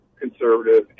conservative